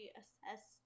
assess